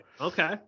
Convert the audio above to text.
okay